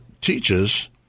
teaches